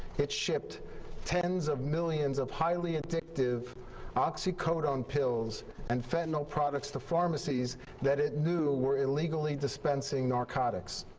it shipped tens of millions of highly addictive oxycodone pills and fentanyl products to pharmacies that it knew were illegally dispensing narcotics.